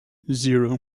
zero